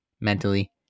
mentally